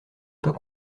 pas